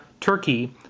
Turkey